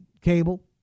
cable